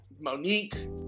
Monique